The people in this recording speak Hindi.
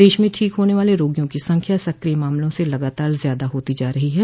देश में ठीक होने वाले रोगियों की संख्या सक्रिय मामलों से लगातार ज्यादा होती जा रही है